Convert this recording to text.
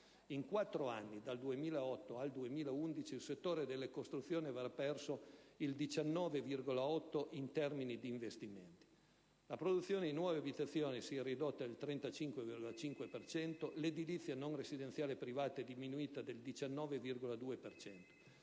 In 4 anni, dal 2008 al 2011, il settore delle costruzioni avrà perso il 19,8 per cento in termini di investimenti. La produzione di nuove abitazioni si è ridotta del 35,5 per cento, l'edilizia non residenziale privata è diminuita del 19,2